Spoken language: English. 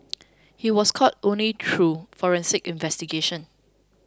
he was caught only through forensic investigations